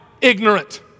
ignorant